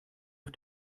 auf